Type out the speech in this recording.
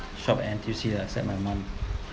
shop at N_T_U_C lah except my mum